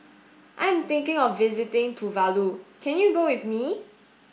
I am thinking of visiting Tuvalu can you go with me